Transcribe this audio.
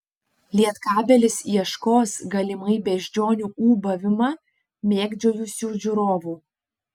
lietkabelis ieškos galimai beždžionių ūbavimą mėgdžiojusių žiūrovų